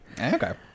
Okay